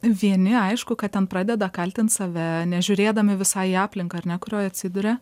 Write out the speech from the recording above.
vieni aišku kad ten pradeda kaltint save nežiūrėdami visai į aplinką ar ne kurioj atsiduria